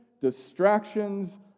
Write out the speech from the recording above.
distractions